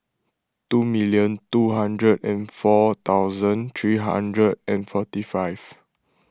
two million two hundred and four thousand three hundred and forty five